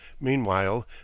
Meanwhile